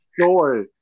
story